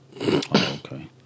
Okay